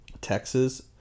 Texas